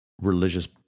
religious